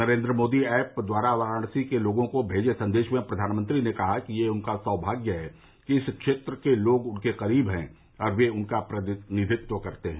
Narendra Modi app द्वारा वाराणसी के लोगों को भेजे संदेश में प्रधानमंत्री ने कहा कि यह उनका सौभाग्य है कि इस क्षेत्र के लोग उनके करीब हैं और वे उनका प्रतिनिधित्व करते हैं